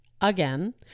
again